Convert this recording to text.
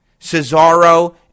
Cesaro